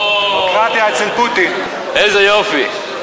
איזה יופי.